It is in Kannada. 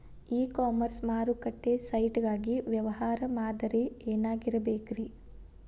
ಇ ಕಾಮರ್ಸ್ ಮಾರುಕಟ್ಟೆ ಸೈಟ್ ಗಾಗಿ ವ್ಯವಹಾರ ಮಾದರಿ ಏನಾಗಿರಬೇಕ್ರಿ?